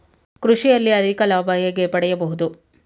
ಕೃಷಿಯಲ್ಲಿ ಅಧಿಕ ಲಾಭ ಹೇಗೆ ಪಡೆಯಬಹುದು?